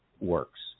works